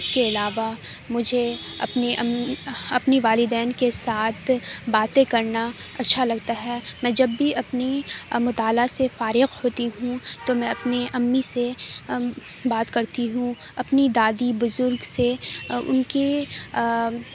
اس کے علاوہ مجھے اپنے امی اپنی والدین کے ساتھ باتیں کرنا اچھا لگتا ہے میں جب بھی اپنی مطالعہ سے فارغ ہوتی ہوں تو میں اپنی امی سے بات کرتی ہوں اپنی دادی بزرگ سے ان کی